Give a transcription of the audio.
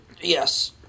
Yes